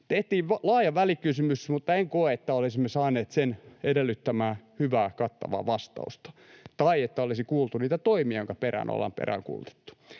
Tehtiin laaja välikysymys, mutta en koe, että olisimme saaneet sen edellyttämää hyvää, kattavaa vastausta tai että olisi kuultu niitä toimia, joiden perään me ollaan peräänkuulutettu.